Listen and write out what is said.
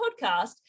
podcast